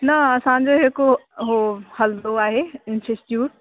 न असांजो हिकु उहो हलंदो आहे इंस्टीट्यूट